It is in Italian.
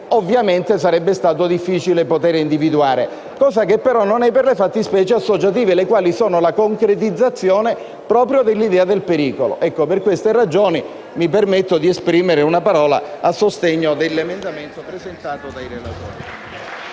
ovviamente sarebbe stato difficile individuare. Ciò, però, non è per le fattispecie associative, le quali sono la concretizzazione proprio dell'idea del pericolo. Per queste ragioni mi permetto di esprimere una parola a sostegno dell'emendamento presentato dai relatori.